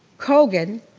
colgan,